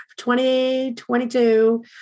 2022